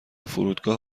فرودگاه